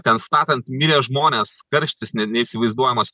ten statant mirė žmonės karštis neįsivaizduojamas